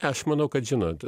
aš manau kad žinot